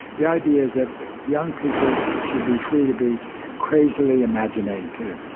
the idea is that young people should be free to be crazily imaginative.